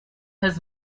his